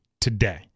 today